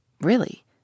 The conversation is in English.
Really